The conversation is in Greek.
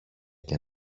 και